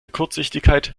kurzsichtigkeit